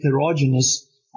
heterogeneous